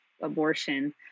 abortion